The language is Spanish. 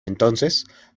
entonces